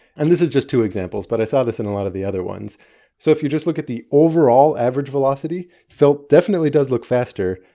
and this is just two examples but i saw this in a lot of the other ones so if you just look at the overall average velocity felt definitely does look faster,